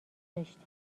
داشتیم